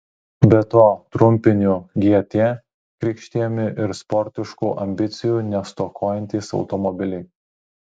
be to trumpiniu gt krikštijami ir sportiškų ambicijų nestokojantys automobiliai